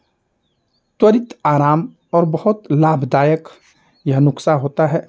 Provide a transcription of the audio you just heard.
त्वरित आराम और बहुत लाभदायक यह नुस्खा होता है